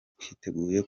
twiteguye